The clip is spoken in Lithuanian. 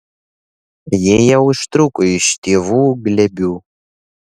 jie jau ištrūko iš tėvų glėbių